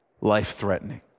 life-threatening